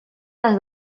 les